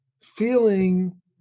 feeling